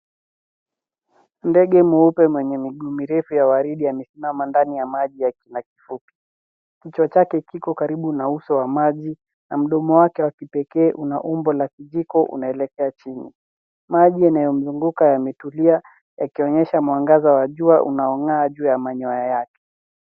Ndege mweupe mwenye miguu mirefu ya waridi amesimama ndani ya maji ya kisima kifupi. Kichwa chake kiko karibu na uso wa maji na mdomo wake wa kipekee una umbo la kijiko unaelekea chini .Maji yanayomzunguka yametulia yakionyesha mwangaza wa jua unaong'aa juu ya manyoya yake.